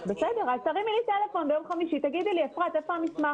תרימי לי טלפון ביום חמישי ותגידי לי איפה המשרד.